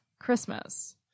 Christmas